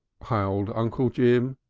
howled uncle jim.